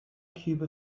cube